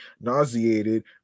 nauseated